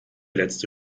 letzte